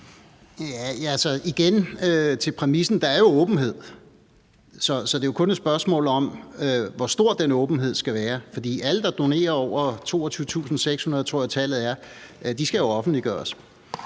jeg sige til præmissen: Der er jo åbenhed, så det er kun et spørgsmål om, hvor stor den åbenhed skal være. For alle, der donerer over 22.600 kr. – tror jeg tallet er – skal offentliggøres.